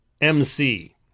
MC